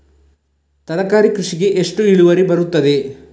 ತರಕಾರಿ ಕೃಷಿಗೆ ಎಷ್ಟು ಇಳುವರಿ ಬರುತ್ತದೆ?